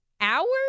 hours